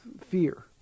fear